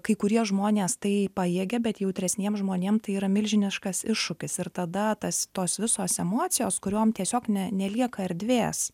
kai kurie žmonės tai pajėgia bet jautresniem žmonėm tai yra milžiniškas iššūkis ir tada tas tos visos emocijos kuriom tiesiog ne nelieka erdvės